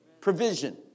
Provision